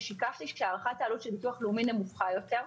ושיקפתי שהערכת העלות של הביטוח הלאומי נמוכה יותר.